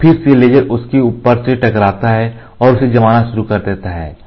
अब फिर से लेजर उसके ऊपर से टकराता है और उसे जमाना शुरू कर देता है